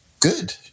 Good